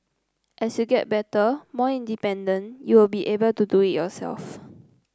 as you get better more independent you will be able to do it yourself